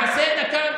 מעשה נקם.